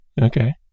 Okay